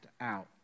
out